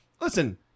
Listen